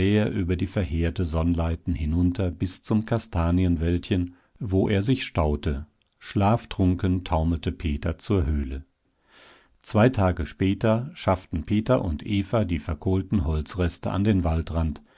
über die verheerte sonnleiten hinunter bis zum kastanienwäldchen wo er sich staute schlaftrunken taumelte peter zur höhle zwei tage später schafften peter und eva die verkohlten holzreste an den waldrand